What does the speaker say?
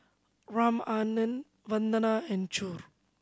Ramanand Vandana and Choor